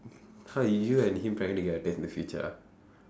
!huh! you and him trying to get attached in the future ah